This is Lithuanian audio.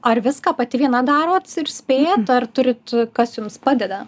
ar viską pati viena daro ir spėjat ar turit kas jums padeda